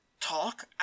talk